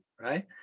right